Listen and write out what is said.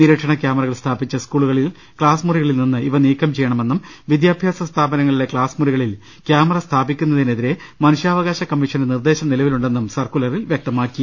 നിരീക്ഷണ ക്യാമറകൾ സ്ഥാപിച്ച സ്കൂളുകളിൽ ക്സാസ് മുറികളിൽ നിന്ന് ഇവ നീക്കം ചെയ്യണമെന്നും വിദ്യാഭ്യാസ സ്ഥാപനങ്ങളിലെ ക്ലാസ് മുറികളിൽ കൃാമറ സ്ഥാപിക്കുന്നിനെതിരെ മനുഷ്യാവകാശ കമ്മീഷന്റെ നിർദേശം നിലവിലുണ്ടെന്നും സർക്കുലറിൽ വൃക്തമാക്കി